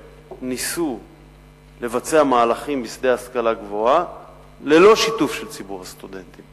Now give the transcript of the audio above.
שניסו לבצע מהלכים בשדה ההשכלה הגבוהה ללא שיתוף של ציבור הסטודנטים,